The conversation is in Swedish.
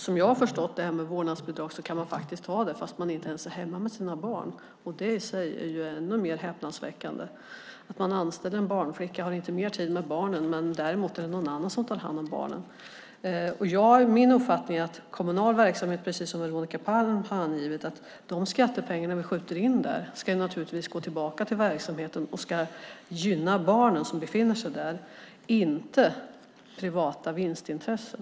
Som jag förstått vårdnadsbidraget kan man faktiskt ha det fastän man inte är hemma med sina barn. Det är i sig häpnadsväckande att man anställer en barnflicka men har inte mer tid med barnen. I stället är det någon annan som tar hand om dem. Min uppfattning är att de skattepengar vi skjuter in i kommunal verksamhet naturligtvis ska gå tillbaka till verksamheten och gynna de barn som befinner sig där, inte privata vinstintressen.